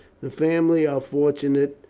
the family are fortunate,